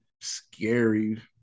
scary